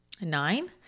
nine